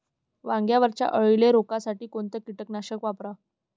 वांग्यावरच्या अळीले रोकासाठी कोनतं कीटकनाशक वापराव?